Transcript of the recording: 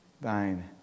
thine